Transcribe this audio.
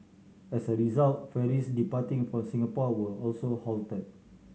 as a result ferries departing from Singapore were also halted